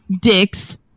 Dicks